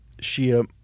Shia